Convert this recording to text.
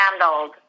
handled